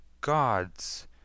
gods